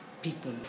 people